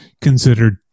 considered